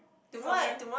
it's on when